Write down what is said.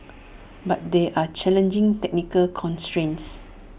but there are challenging technical constrains